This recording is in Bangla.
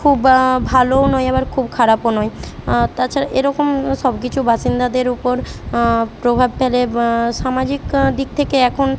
খুব ভালোও নয় আবার খুব খারাপও নয় তাছাড়া এরকম সব কিছু বাসিন্দাদের উপর প্রভাব ফেলে সামাজিক দিক থেকে এখন